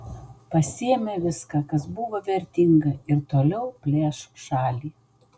pasiėmė viską kas buvo vertinga ir toliau plėš šalį